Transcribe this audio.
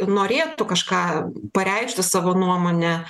norėtų kažką pareikšti savo nuomonę